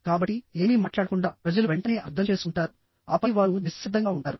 కాబట్టి ఏమీ మాట్లాడకుండా ప్రజలు వెంటనే అర్థం చేసుకుంటారు ఆపై వారు నిశ్శబ్దంగా ఉంటారు